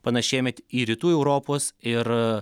panašėjame į rytų europos ir